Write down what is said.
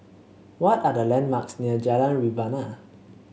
what are the landmarks near Jalan Rebana